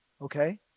Okay